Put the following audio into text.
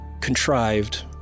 contrived